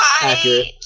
accurate